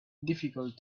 difficult